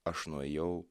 aš nuėjau